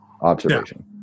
observation